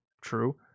True